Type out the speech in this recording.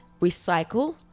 recycle